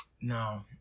No